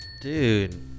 Dude